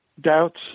doubts